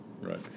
right